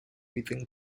within